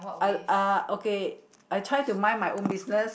uh uh okay I try to mind my own business